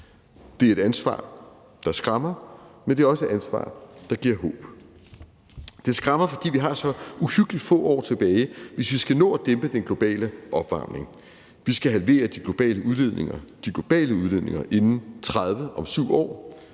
Det er et ansvar, der skræmmer, men det er også et ansvar, der giver håb. Det skræmmer, fordi vi har så uhyggeligt få år tilbage, hvis vi skal nå at dæmpe den globale opvarmning. Vi skal halvere de globale udledninger inden 2030, om 7 år,